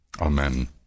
Amen